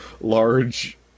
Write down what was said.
large